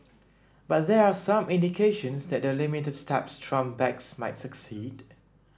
but there are some indications that the limited steps Trump backs might succeed